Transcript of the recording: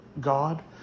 God